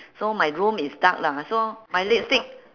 so my room is dark lah so my lipstick